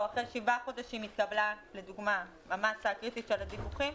או שאחרי 7 חודשים התקבלה לדוגמה המסה הקריטית של הדיווחים,